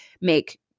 make